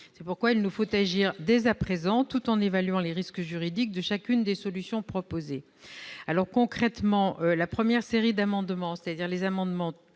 C'est pourquoi il nous faut agir dès à présent, tout en évaluant les risques juridiques de chacune des solutions proposées. La première série d'amendements- les amendements